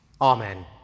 Amen